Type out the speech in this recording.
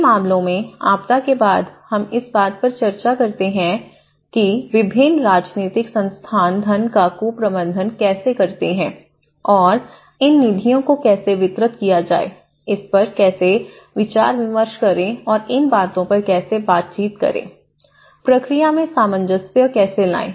कई मामलों में आपदा के बाद हम इस बात पर चर्चा करते रहते हैं कि विभिन्न राजनीतिक संस्थान धन का कुप्रबंधन कैसे करते हैं और इन निधियों को कैसे वितरित किया जाए इस पर कैसे विचार विमर्श करें और इन बातों पर कैसे बातचीत करें प्रक्रिया में सामंजस्य कैसे लाएं